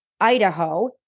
Idaho